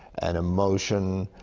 and emotion,